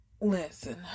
Listen